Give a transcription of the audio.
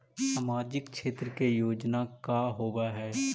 सामाजिक क्षेत्र के योजना का होव हइ?